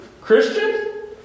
Christian